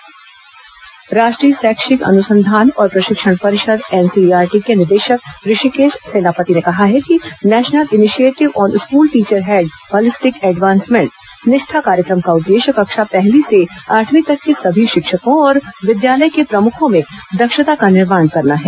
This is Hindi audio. निष्ठा कार्यक्रम राष्ट्रीय शैक्षिक अनुसंघान और प्रशिक्षण परिषद एनसीईआरटी के निदेशक ऋषिकेश सेनापति ने कहा है कि national initiative on school teacher head holistic advancement निष्ठा का उद्देश्य कक्षा पहली से आठवीं तक के सभी शिक्षकों और विद्यालय के प्रमुखों में दक्षता का निर्माण करना है